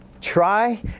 Try